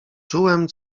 czułem